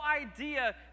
idea